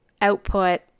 output